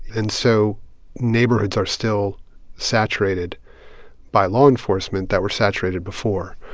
and so neighborhoods are still saturated by law enforcement that were saturated before.